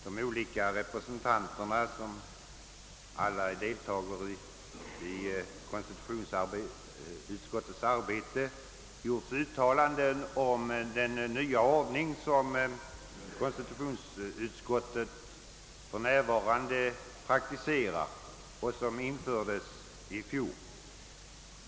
De olika talarna — som alla deltagit i konstitutionsutskottets arbete — har gjort uttalanden om den nya ordning som utskottet för närvarande praktiserar och som infördes i fjol.